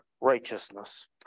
Righteousness